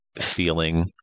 feeling